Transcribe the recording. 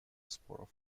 споров